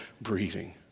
breathing